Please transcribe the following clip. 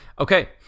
Okay